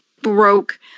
Broke